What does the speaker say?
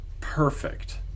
perfect